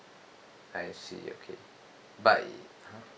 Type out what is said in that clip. I see okay but